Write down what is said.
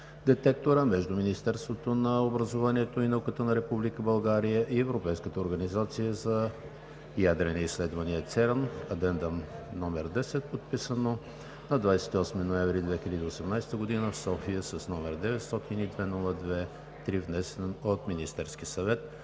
детектора между Министерството на образованието и науката на Република България и Европейската организация за ядрени изследвания (ЦЕРН) – Addendum № 10, подписано на 28 ноември 2018 г. в София, № 902-02-3, внесен от Министерския съвет.